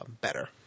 better